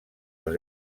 als